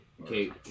Okay